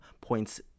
points